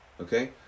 okay